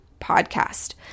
podcast